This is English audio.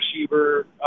receiver